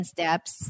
Steps